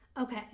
okay